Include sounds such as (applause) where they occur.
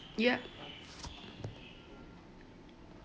yup (noise)